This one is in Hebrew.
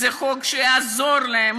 זה חוק שיעזור להם.